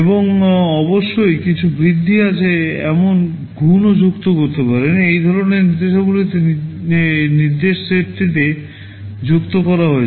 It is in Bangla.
এবং অবশ্যই কিছু বৃদ্ধি আছে যেমন গুন ও যুক্ত করুন এই ধরণের নির্দেশাবলী নির্দেশ সেটটিতে যুক্ত করা হয়েছে